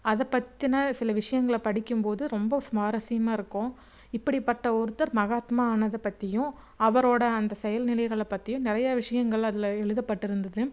அதை பற்றின சில விஷயங்கள படிக்கும்போது ரொம்ப சுவாரசியமாக இருக்கும் இப்படிப்பட்ட ஒருத்தர் மகாத்மா ஆனது பற்றியும் அவரோடய அந்த செயல் நிலைகளை பற்றியும் நிறைய விஷயங்கள்ல அதில் எழுதப்பட்டு இருந்தது